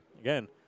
Again